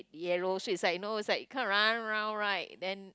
yellow street so is like you know is like kind of run round right then